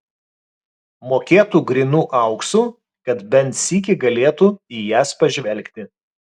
mokėtų grynu auksu kad bent sykį galėtų į jas pažvelgti